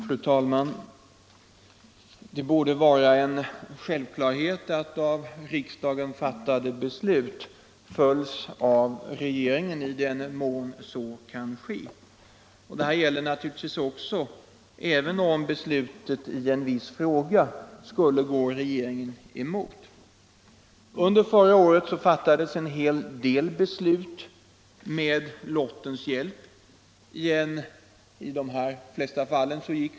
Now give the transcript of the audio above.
Fru talman! Det borde vara en självklarhet att av riksdagen fattade beslut följs av regeringen i den mån så kan ske. Detta gäller naturligtvis även beslut som går regeringen emot. Under förra året fattades en hel del beslut med lottens hjälp.